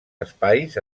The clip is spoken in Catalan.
espais